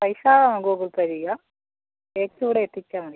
പൈസ Google Pay ചെയ്യാം cake ഇവിടെ എത്തിച്ചാൽ മതി